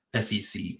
SEC